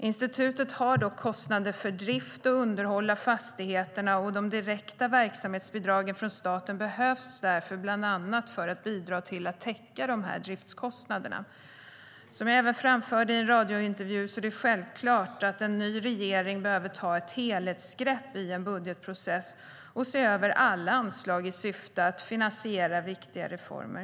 Instituten har dock kostnader för drift och underhåll av fastigheterna, och de direkta verksamhetsbidragen från staten behövs därför bland annat för att bidra till att täcka de driftskostnaderna. Som jag även framförde i en radiointervju är det självklart att en ny regering behöver ta ett helhetsgrepp i en budgetprocess och se över alla anslag i syfte att finansiera viktiga reformer.